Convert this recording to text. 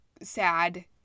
sad